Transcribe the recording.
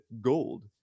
Gold